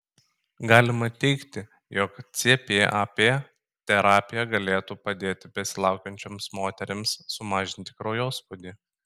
galima teigti jog cpap terapija galėtų padėti besilaukiančioms moterims sumažinti kraujospūdį